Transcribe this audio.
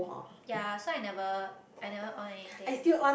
ya so I never I never on anything